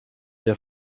der